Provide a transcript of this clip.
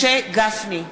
אינו נוכח יעל גרמן,